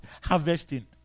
Harvesting